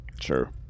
Sure